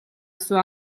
sua